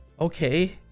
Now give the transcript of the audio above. Okay